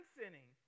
sinning